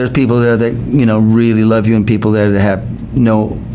ah people there that you know really love you and people there that have no,